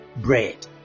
bread